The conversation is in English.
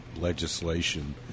legislation